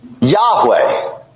Yahweh